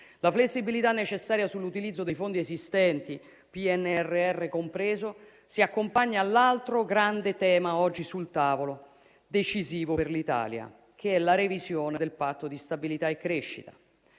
La flessibilità necessaria sull'utilizzo dei fondi esistenti, PNRR compreso, si accompagna all'altro grande tema oggi sul tavolo, decisivo per l'Italia, che è la revisione del Patto di stabilità e crescita.